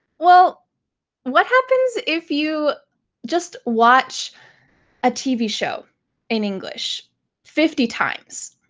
well what happens if you just watch a tv show in english fifty times?